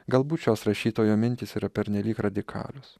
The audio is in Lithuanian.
galbūt šios rašytojo mintys yra pernelyg radikalios